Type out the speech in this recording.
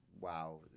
wow